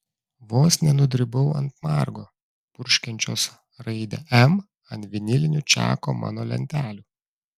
vos nenudribau ant margo purškiančios raidę m ant vinilinių čako namo lentelių